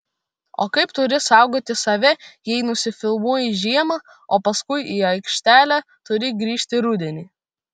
o kaip turi saugoti save jei nusifilmuoji žiemą o paskui į aikštelę turi grįžti rudenį